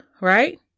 right